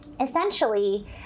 essentially